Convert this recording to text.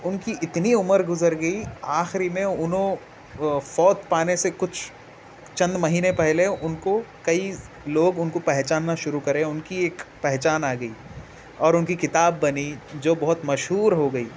اُن کی اتنی عمر گزر گئی آخری میں اُنہوں فوت پانے سے کچھ چند مہینے پہلے اُن کو کئی لوگ اُن کو پہچاننا شروع کرے اُن کی ایک پہچان آ گئی اور اُن کی کتاب بنی جو بہت مشہور ہو گئی